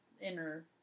inner